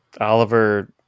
Oliver